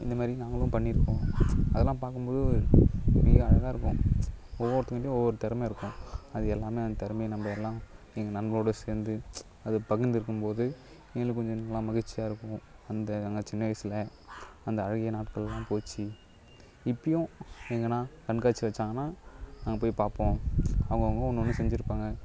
இந்தமாரி நாங்களும் பண்ணியிருக்கோம் அதெல்லாம் பார்க்கும் போது மிக அழகாயிருக்கும் ஒவ்வொருத்தவங்க கிட்டையும் ஒவ்வொரு திறம இருக்கும் அது எல்லாமே திறமைய நம்ம எல்லாம் எங்கள் நண்பரோட சேர்ந்து அதை பகிர்ந்திருக்கும் போது எங்களுக்கு கொஞ்சம் நல்லா மகிழ்ச்சியாயிருக்கும் அந்த நாங்கள் சின்ன வயதுல அந்த அழகிய நாட்கள்லாம் போச்சு இப்பையும் எங்கனா கண்காட்சி வச்சாங்கன்னா நாங்கள் போய் பார்ப்போம் அவங்க அவங்க ஒன்று ஒன்று செஞ்சிருப்பாங்க